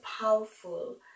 powerful